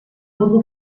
burro